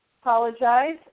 apologize